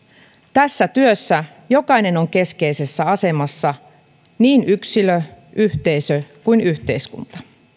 tässä työssä jokainen on keskeisessä asemassa niin yksilö yhteisö kuin yhteiskunta